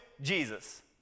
Jesus